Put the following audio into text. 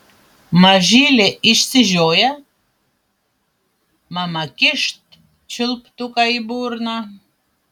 mažylė išsižioja mama kyšt čiulptuką į burną